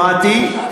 שמעתי,